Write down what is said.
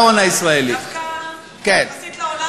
20%. אבל אם אתה ואני שותפים,